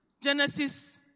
Genesis